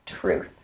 Truth